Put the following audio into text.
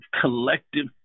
collective